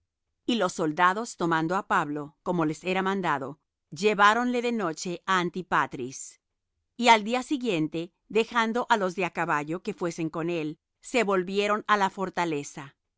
y los soldados tomando á pablo como les era mandado lleváronle de noche á antipatris y al día siguiente dejando á los de á caballo que fuesen con él se volvieron á la fortaleza